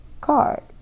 card